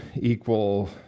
equal